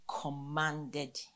commanded